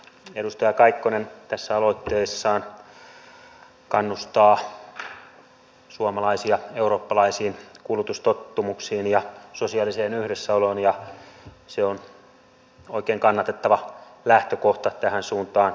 edustaja kaikkonen tässä aloitteessaan kannustaa suomalaisia eurooppalaisiin kulutustottumuksiin ja sosiaaliseen yhdessäoloon ja se on oikein kannatettava lähtökohta tähän suuntaan